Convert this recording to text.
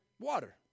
Water